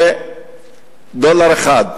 לדולר אחד.